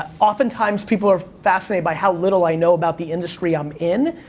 oftentimes, people are fascinated by how little i know about the industry i'm in.